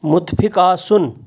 مُتفِق آسُن